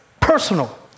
personal